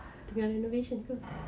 tengah renovation ke